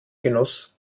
genuss